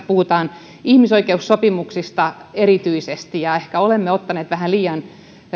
puhutaan ihmisoikeussopimuksista erityisesti ja ehkä olemme ottaneet vähän liian